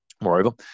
Moreover